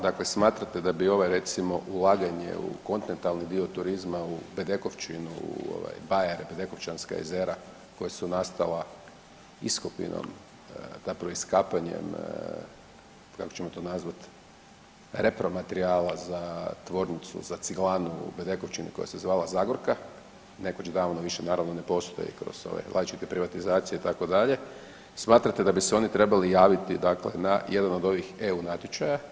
Dakle, smatrate da bi ovo recimo ulaganje u kontinentalni dio turizma u Bedekovčinu, u ovaj bajer-bedekovčanska jezera koja su nastala iskopinom zapravo iskapanjem kako ćemo to nazvat repromaterijala za tvornicu, za ciglanu u Bedekovčini koja se zvala Zagorka, nekoć davno više naravno ne postoji kroz ove različite privatizacije itd., smatrate da bi se oni trebati javiti dakle na jedan ovih EU natječaja.